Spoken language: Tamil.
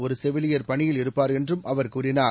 ஒரு செவிலியர் பணியில் இருப்பார் என்றும் அவர் கூறினார்